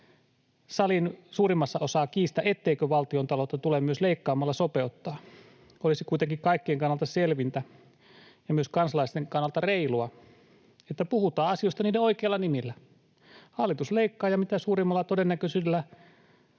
salin suurimmassa osassa kiistä, etteikö valtiontaloutta tule myös leikkaamalla sopeuttaa. Olisi kuitenkin kaikkien kannalta selvintä ja myös kansalaisten kannalta reilua, että puhutaan asioista niiden oikeilla nimillä. Hallitus leikkaa ja mitä suurimmalla todennäköisyydellä